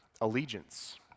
allegiance